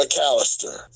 McAllister